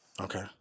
Okay